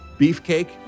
beefcake